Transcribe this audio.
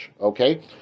Okay